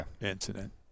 incident